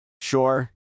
Sure